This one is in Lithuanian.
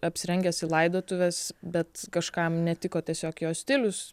apsirengęs į laidotuves bet kažkam netiko tiesiog jo stilius